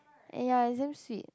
ya is damn sweet